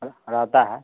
र रहता है